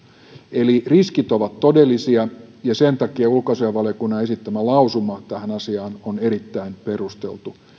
eli riskit ovat todellisia ja sen takia ulkoasiainvaliokunnan esittämä lausuma tähän asiaan on erittäin perusteltu